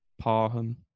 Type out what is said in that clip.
Parham